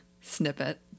snippet